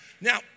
Now